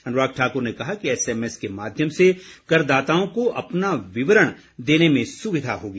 अनुराग ठाक्र ने कहा कि एसएमएस के माध्यम से करदाताओं को अपना विवरण देने में सुविधा होगी